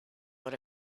out